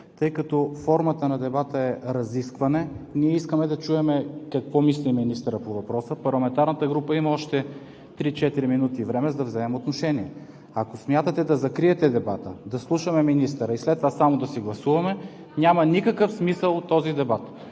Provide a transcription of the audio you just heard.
тъй като формата на дебата е разискване. Ние искаме да чуем какво мисли министърът по въпроса. Парламентарната група има още три-четири минути време, за да вземем отношение. Ако смятате да закриете дебата, да слушаме министъра и след това само да си гласуваме, няма никакъв смисъл от този дебат.